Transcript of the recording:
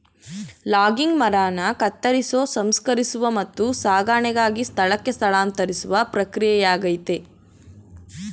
logging ಮರನ ಕತ್ತರಿಸೋ ಸಂಸ್ಕರಿಸುವ ಮತ್ತು ಸಾಗಣೆಗಾಗಿ ಸ್ಥಳಕ್ಕೆ ಸ್ಥಳಾಂತರಿಸುವ ಪ್ರಕ್ರಿಯೆಯಾಗಯ್ತೆ